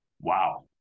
wow